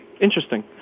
Interesting